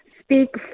speak